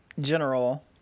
general